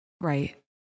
Right